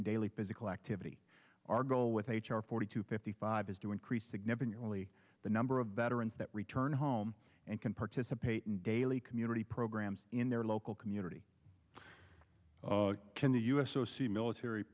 in daily physical activity our goal with h r forty two fifty five is to increase significantly the number of veterans that return home and can participate in daily community programs in their local community can the u s o c military